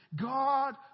God